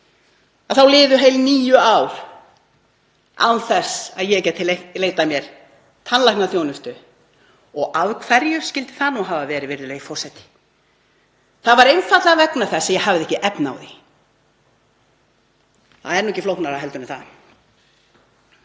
þá liðu heil níu ár án þess að ég gæti leitað mér tannlæknaþjónustu. Og af hverju skyldi það nú hafa verið, virðulegi forseti? Það var einfaldlega vegna þess að ég hafði ekki efni á því, það er nú ekki flóknara en það.